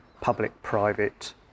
Public-Private